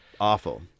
awful